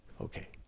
Okay